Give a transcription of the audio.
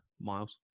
Miles